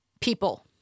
people